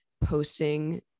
posting